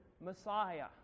Messiah